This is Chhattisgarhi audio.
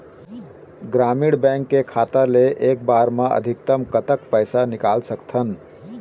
ग्रामीण बैंक के खाता ले एक बार मा अधिकतम कतक पैसा निकाल सकथन?